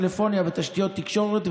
טלפוניה ותשתיות תקשורת,